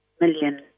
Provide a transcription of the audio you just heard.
million